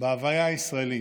בהוויה הישראלית,